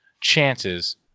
chances